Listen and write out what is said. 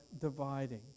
dividing